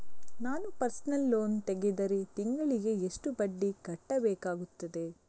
ನಾನು personal loan ತೆಗೆದರೆ ತಿಂಗಳಿಗೆ ಎಷ್ಟು ಬಡ್ಡಿ ಕಟ್ಟಬೇಕಾಗುತ್ತದೆ?